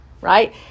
right